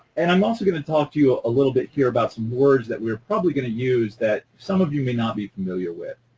and i'm also going to talk to you a ah little bit here about some words that we're probably going to use that some of you may not be familiar with.